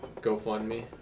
GoFundMe